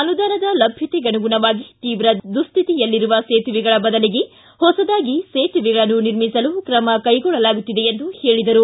ಅನುದಾನದ ಲಭ್ಯತೆಗನುಗುಣವಾಗಿ ತೀವ್ರ ದುಸ್ಥಿತಿಯಲ್ಲಿರುವ ಸೇತುವೆಗಳ ಬದಲಿಗೆ ಹೊಸದಾಗಿ ಸೇತುವೆಗಳನ್ನು ನಿರ್ಮಿಸಲು ಕ್ರಮಕೈಗೊಳ್ಳಲಾಗುತ್ತಿದೆ ಎಂದು ಹೇಳಿದರು